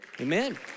Amen